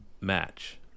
match